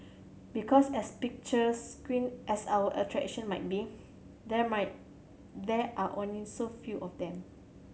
because as picturesque as our attraction might be there might there are only so few of them